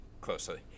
closely